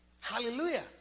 Hallelujah